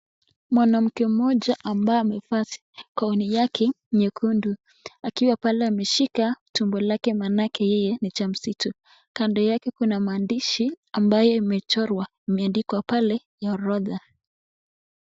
Mwanamke mmoja ambaye amevaa gauni yake nyekundu akiwa pale ameshika tumbo lake maanake yeye ni mjamzito. Kando yake, kuna maandiahi ambaye imechorwa imeandikwa pale ni orodha.